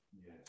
Yes